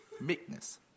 meekness